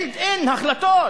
built in, החלטות